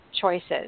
choices